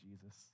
Jesus